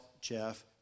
Jeff